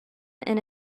and